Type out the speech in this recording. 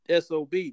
SOB